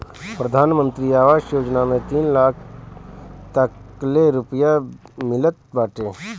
प्रधानमंत्री आवास योजना में तीन लाख तकले रुपिया मिलत बाटे